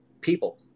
people